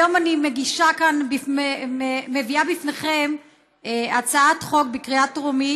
היום אני מביאה לפניכם הצעת חוק בקריאה טרומית